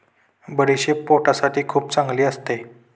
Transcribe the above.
बडीशेप पोटासाठी खूप चांगली असते